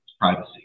privacy